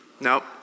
Nope